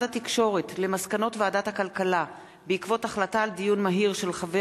התקשורת למסקנות ועדת הכלכלה בעקבות דיון מהיר בהצעתו של חבר